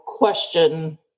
question